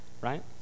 right